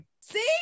See